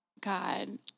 God